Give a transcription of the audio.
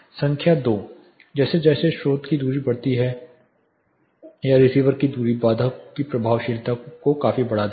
संख्या 2 जैसे जैसे स्रोत की दूरी बढ़ती है या रिसीवर की दूरी बाधा की प्रभावशीलता को काफी बढ़ा देती है